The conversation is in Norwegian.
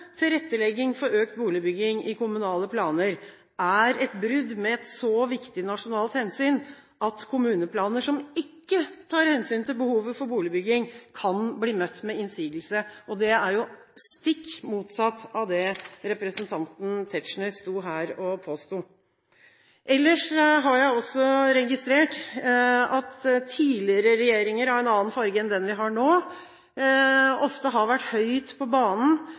tilrettelegging for økt boligbygging i kommunale planer er et brudd med et så viktig nasjonalt hensyn at kommuneplaner som ikke tar hensyn til behovet for boligbygging, kan bli møtt med innsigelse, og det er jo stikk motsatt av det representanten Tetzschner sto her og påsto. Ellers har jeg også registrert at tidligere regjeringer av en annen farge enn den vi har nå, ofte har vært høyt på banen